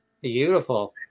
Beautiful